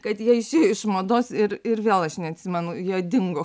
kad jie išėjo iš mados ir ir vėl aš neatsimenu jie dingo